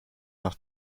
nach